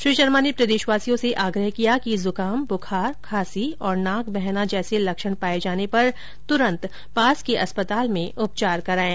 श्री शर्मा ने प्रदेशवासियों से आग्रह किया कि जुकाम बुखार खांसी और नाक बहना जैसे लक्षण पाए जाने पर तुरंत पास के अस्पताल में उपचार करायें